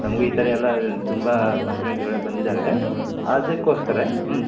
ನಮಗು ಈ ಥರ ಎಲ್ಲ ತುಂಬ ಕಂಪ್ಲೇಂಟ್ಗಳು ಬಂದಿದ್ದಾವೆ ಅದಕ್ಕೋಸ್ಕರ ಹ್ಞೂ